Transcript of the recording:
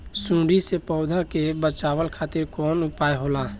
सुंडी से पौधा के बचावल खातिर कौन उपाय होला?